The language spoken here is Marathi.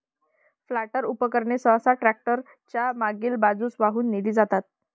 प्लांटर उपकरणे सहसा ट्रॅक्टर च्या मागील बाजूस वाहून नेली जातात